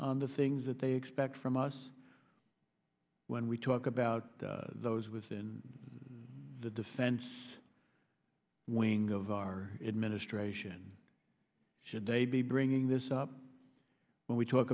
ality the things that they expect from us when we talk about those within the defense wing of our administration should they be bringing this up when we talk